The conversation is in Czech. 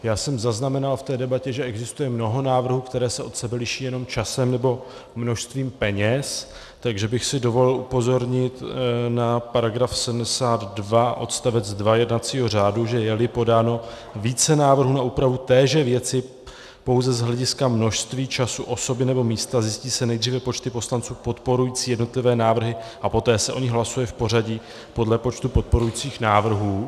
Já jsem zaznamenal v té debatě, že existuje mnoho návrhů, které se od sebe liší jenom časem nebo množstvím peněz, takže bych si dovolil upozornit na § 72 odst. 2 jednacího řádu, že jeli podáno více návrhů na úpravu téže věci pouze z hlediska množství, času, osoby nebo místa, zjistí se nejdříve počty poslanců podporující jednotlivé návrhy a poté se o nich hlasuje v pořadí podle počtu podporujících návrhů.